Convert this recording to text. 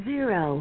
Zero